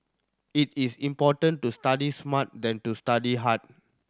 it is important to study smart than to study hard